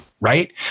Right